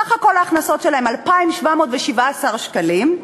סך כל ההכנסות שלהם, 2,717 שקלים.